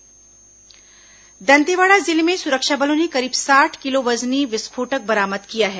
विस्फोटक बरामद दंतेवाड़ा जिले में सुरक्षा बलों ने करीब साठ किलो वजनी विस्फोटक बरामद किया है